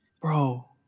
Bro